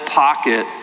pocket